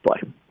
play